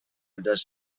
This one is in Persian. دست